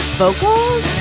vocals